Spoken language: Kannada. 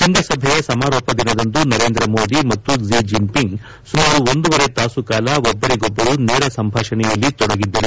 ಶೃಂಗಸಭೆಯ ಸಮಾರೋಪ ದಿನದಂದು ನರೇಂದ್ರ ಮೋದಿ ಮತ್ತು ಕ್ಷಿ ಜಿನ್ಒಂಗ್ ಸುಮಾರು ಒಂದೂವರೆ ಗಂಟೆಗಳ ಕಾಲ ಒಬ್ಬರಿಗೊಬ್ಬರು ನೇರ ಸಂಭಾಷಣೆಯಲ್ಲಿ ತೊಡಗಿದರು